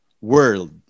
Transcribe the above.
world